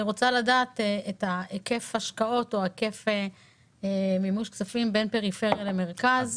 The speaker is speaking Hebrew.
אני רוצה לדעת את היקף ההשקעות או היקף מימוש כספים בין פריפריה למרכז.